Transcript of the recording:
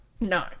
No